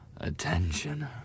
attention